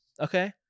Okay